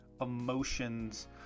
emotions